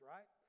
Right